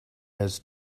has